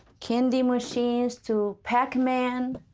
candy machines to pac-man